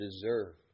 deserve